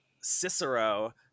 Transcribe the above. Cicero